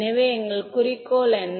எனவே எங்கள் குறிக்கோள் என்ன